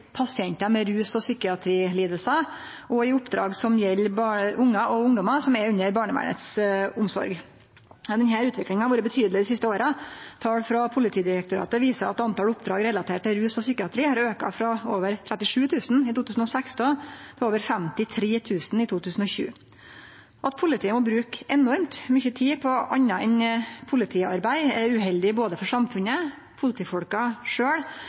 ungar og ungdomar som er under barnevernets omsorg. Denne utviklinga har vore betydeleg dei siste åra. Tal frå Politidirektoratet viser at antalet oppdrag relatert til rus og psykiatri har auka frå over 37 000 i 2016 til over 53 000 i 2020. At politiet må bruke enormt mykje tid på anna enn politiarbeid, er uheldig både for samfunnet, for politifolka